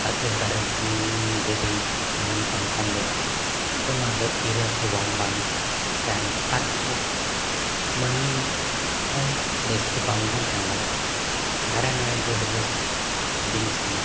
ᱪᱮᱫᱟᱜ ᱥᱮ ᱫᱟᱨᱮ ᱫᱷᱤᱨᱤ ᱱᱟᱹᱲᱤ ᱵᱟᱝᱠᱷᱟᱱ ᱫᱚ ᱟᱵᱚ ᱱᱚᱣᱟ ᱫᱷᱟᱹᱨᱛᱤ ᱨᱮ ᱥᱳᱵᱷᱟ ᱦᱚᱸ ᱵᱟᱝ ᱛᱟᱦᱮᱱᱟ ᱟᱨ ᱟᱵᱚ ᱢᱟᱱᱢᱤ ᱦᱚᱸ ᱵᱮᱥᱛᱮ ᱵᱟᱝᱵᱚᱱ ᱛᱟᱦᱮᱸ ᱫᱟᱲᱮᱭᱟᱜᱼᱟ ᱫᱟᱨᱮᱼᱱᱟᱹᱲᱤ ᱫᱚ ᱟᱹᱰᱤ ᱵᱮᱥ ᱡᱤᱱᱤᱥ ᱠᱟᱱᱟ